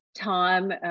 Tom